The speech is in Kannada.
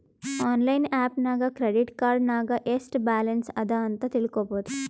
ಆನ್ಲೈನ್ ಆ್ಯಪ್ ನಾಗ್ ಕ್ರೆಡಿಟ್ ಕಾರ್ಡ್ ನಾಗ್ ಎಸ್ಟ್ ಬ್ಯಾಲನ್ಸ್ ಅದಾ ಅಂತ್ ತಿಳ್ಕೊಬೋದು